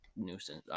nuisance